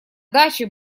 даче